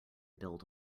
build